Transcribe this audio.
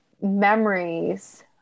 memories